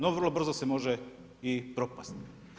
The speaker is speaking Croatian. No vrlo brzo se može i propasti.